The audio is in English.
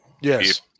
Yes